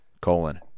Colon